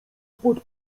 pod